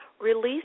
release